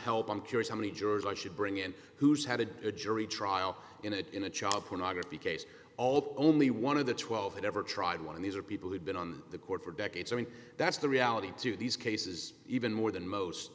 help on juries how many jurors i should bring in who's had a jury trial in a in a child pornography case all the only one of the twelve that ever tried one of these are people who've been on the court for decades i mean that's the reality to these cases even more than most